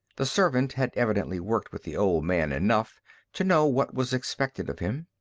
the servant had evidently worked with the old man enough to know what was expected of him.